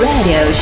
Radio